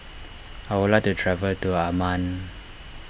I would like to travel to Amman